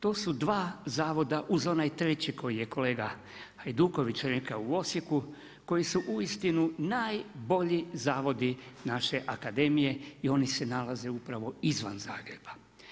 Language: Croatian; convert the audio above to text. To su dva zavoda uz onaj treći koji je kolega Hajduković rekao u Osijeku koji su uistinu najbolji zavodi naše akademije i oni se nalaze upravo izvan Zagreba.